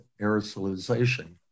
aerosolization